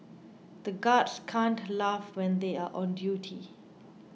the guards can't laugh when they are on duty